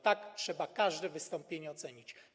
Tak, trzeba każde wystąpienie ocenić.